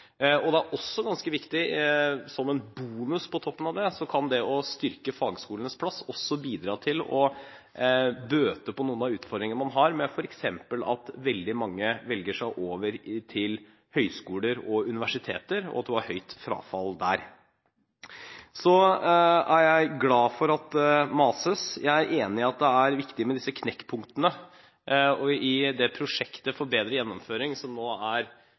Det er også ganske viktig å styrke fagskolenes plass fordi de, som en bonus på toppen av det, også kan bidra til å bøte på noen av utfordringene man f.eks. har med at veldig mange velger seg over til høyskoler og universiteter, og at man har høyt frafall der. Så er jeg glad for at det mases. Jeg er enig i at det er viktig med disse knekkpunktene. I det prosjektet for bedre gjennomføring som nå er lansert, men utarbeides av departementet – som rett og slett er